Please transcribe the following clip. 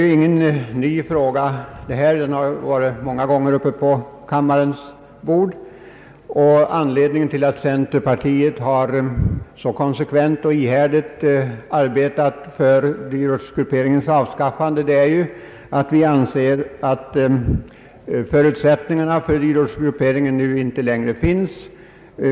Det gäller här inte någon ny fråga — den har många gånger varit uppe på kammarens bord. Anledningen till att centerpartiet så konsekvent och ihärdigt arbetat för dyrortsgrupperingens avskaffande är ju att vi anser, att förutsättningarna för dyrortsgrupperingen inte längre finns.